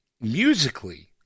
musically